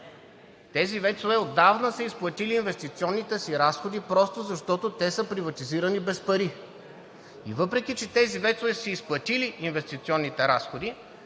Тези ВЕЦ-ове отдавна са изплатили инвестиционните си разходи, просто защото те са приватизирани без пари. И въпреки че тези ВЕЦ-ове са си изплатили инвестиционните разходи,